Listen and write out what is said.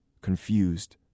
Confused